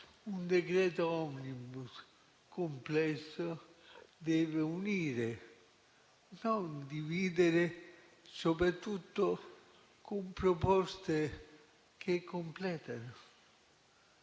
Un decreto-legge *omnibus* complesso deve unire, non dividere, soprattutto con proposte che completano